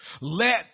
Let